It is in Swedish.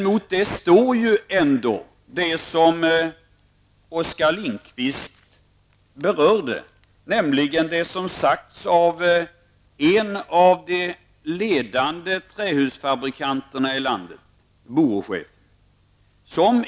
Mot det står ändå det som Oskar Lindkvist berörde, nämligen det som har sagts av en av de ledande trähusfabrikanterna i landet, Borochefen.